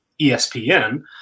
ESPN